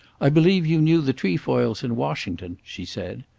i believe you knew the trefoils in washington? she said.